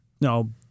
no